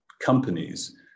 companies